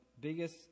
biggest